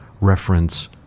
reference